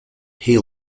hay